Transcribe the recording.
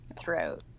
throughout